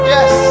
Yes